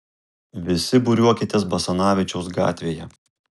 visi būriuokitės basanavičiaus gatvėje